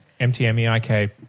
MTMEIK